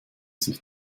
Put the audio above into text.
sich